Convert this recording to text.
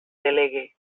delegue